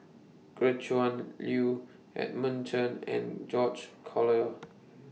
Gretchen Liu Edmund Chen and George Collyer